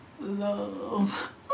love